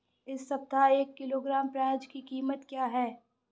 इस सप्ताह एक किलोग्राम प्याज की कीमत क्या है?